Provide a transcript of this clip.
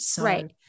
Right